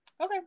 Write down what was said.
Okay